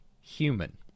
human